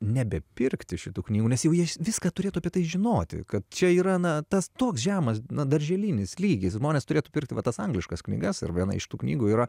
nebepirkti šitų knygų nes jau jis viską turėtų apie tai žinoti kad čia yra na tas toks žemas na darželinis lygis ir žmonės turėtų pirkti va tas angliškas knygas ir viena iš tų knygų yra